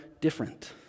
different